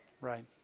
Right